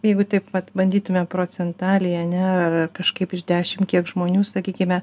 jeigu taip vat bandytume procentaliai ar ne ar ar kažkaip iš dešimt kiek žmonių sakykime